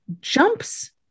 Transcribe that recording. jumps